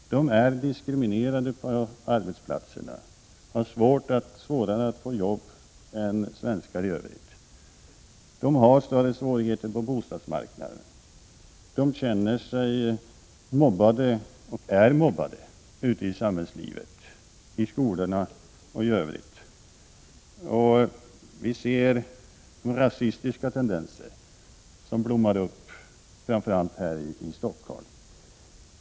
De är diskriminerade på arbetsplatserna. De har svårare att få arbete än andra svenskar. Vidare har de större svårigheter på bostadsmarknaden, och de känner sig mobbade — och är mobbade — ute i samhällslivet, i skolorna och annorstädes. Vi ser rasistiska tendenser, framför allt här i Stockholm.